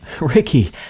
Ricky